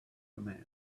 commands